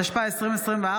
התשפ"ה 2024,